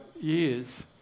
years